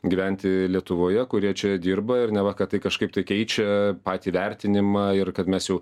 gyventi lietuvoje kurie čia dirba ir neva kad tai kažkaip tai keičia patį vertinimą ir kad mes jau